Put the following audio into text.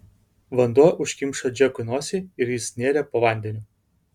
vanduo užkimšo džekui nosį ir jis nėrė po vandeniu